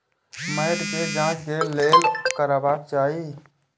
मैट के जांच के लेल कि करबाक चाही?